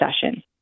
session